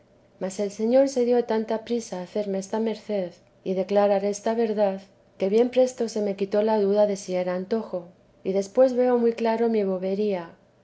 mas el señor se dio tanta prisa a hacerme esta merced y declarar esta verdad que bien presto se me quitó la duda de si era antojo y después veo muy claro mi bobería